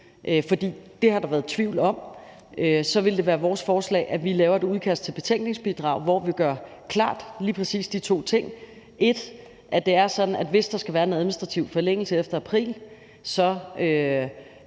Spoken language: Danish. det har der været tvivl om – så ville det være vores forslag, at vi laver et udkast til betænkningsbidrag, hvor vi gør lige præcis de to ting klart. For det første at det er sådan, at hvis der skal være en administrativ forlængelse efter april, så